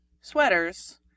sweaters